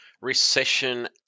Recession